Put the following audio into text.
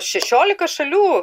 šešiolika šalių